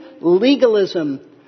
legalism